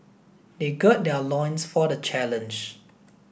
they gird their loins for the challenge